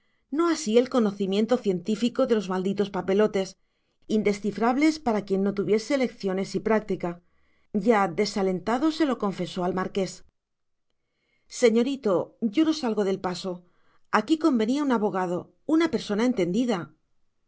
no así el conocimiento científico de los malditos papelotes indescifrables para quien no tuviese lecciones y práctica ya desalentado se lo confesó al marqués señorito yo no salgo del paso aquí convenía un abogado una persona entendida